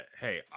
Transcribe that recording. hey